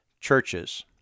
churches